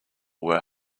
were